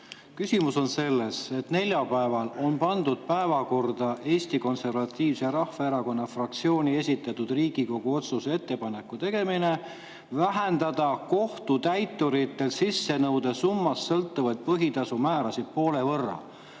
Küsimus on selles, et neljapäeval on pandud päevakorda Eesti Konservatiivse Rahvaerakonna fraktsiooni esitatud Riigikogu otsuse "Ettepaneku tegemine [Vabariigi Valitsusele] vähendada kohtutäituritel sissenõude summast sõltuvaid põhitasu määrasid poole võrra".